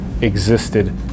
existed